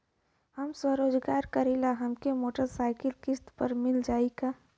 हम स्वरोजगार करीला हमके मोटर साईकिल किस्त पर मिल जाई का?